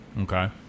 Okay